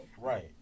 right